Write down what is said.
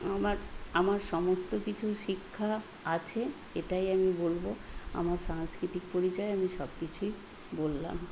আমার আমার সমস্ত কিছু শিক্ষা আছে এটাই আমি বলব আমার সাংস্কৃতিক পরিচয় আমি সব কিছুই বললাম